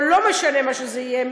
או לא משנה מה זה יהיה,